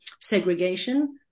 segregation